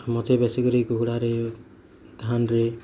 ମୋତେ ବେଶୀ କରି କୁକୁଡ଼ା ରେ ଧାନ ରେ